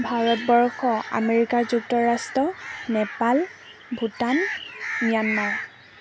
Bharatvarsha America যুক্তৰাষ্ট্ৰ Nepal Bhutan Myanmar